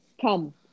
come